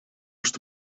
что